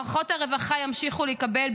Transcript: מערכות הרווחה ימשיכו להיכבל,